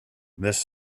this